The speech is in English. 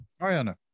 Ariana